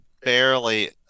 barely